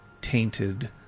tainted